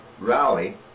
rally